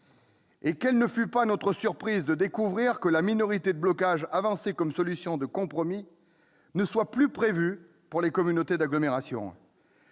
Et quelle ne fut pas notre surprise de découvrir que la minorité de blocage avancée comme solution de compromis n'était plus prévue pour les communautés d'agglomération